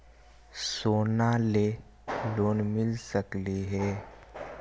सोना से लोन मिल सकली हे?